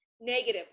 negatively